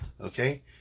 okay